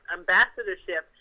ambassadorship